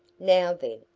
now, then!